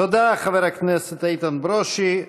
תודה לחבר הכנסת איתן ברושי.